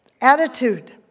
attitude